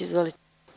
Izvolite.